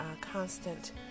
constant